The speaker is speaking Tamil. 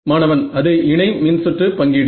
மாணவன் அது இணை மின்சுற்று பங்கீடு